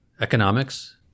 economics